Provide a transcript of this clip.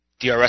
DRS